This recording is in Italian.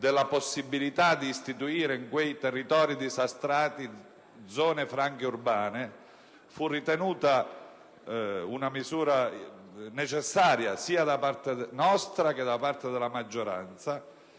la possibilità di istituire in quei territori disastrati zone franche urbane - fu ritenuta necessaria sia da parte nostra che della maggioranza,